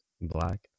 Black